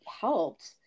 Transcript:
helped